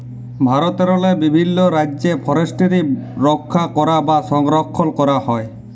ভারতেরলে বিভিল্ল রাজ্যে ফরেসটিরি রখ্যা ক্যরা বা সংরখ্খল ক্যরা হয়